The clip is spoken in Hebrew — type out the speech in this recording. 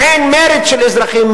מעין מרד של אזרחים,